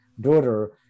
daughter